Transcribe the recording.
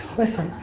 listen,